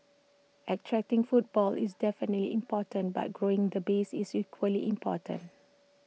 attracting footfall is definitely important but growing the base is equally important